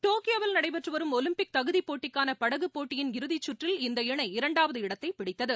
டோக்கியோவில் நடைபெற்றுவரும் ஒலிம்பிக் தகுதிப் போட்டிக்கானபடகுபோட்டியின் இறுதிச் சுற்றில் இந்த இணை இரண்டாவது இடத்தைபிடித்தது